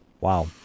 wow